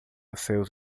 céus